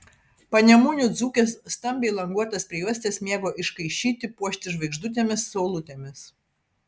panemunių dzūkės stambiai languotas prijuostes mėgo iškaišyti puošti žvaigždutėmis saulutėmis